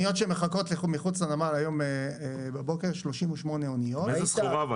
היום בבוקר 38 אוניות מחכות מחוץ לנמל.